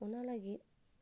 ᱚᱱᱟ ᱞᱟᱹᱜᱤᱫ